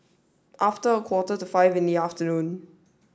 after a quarter to five in the afternoon